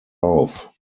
auf